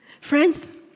Friends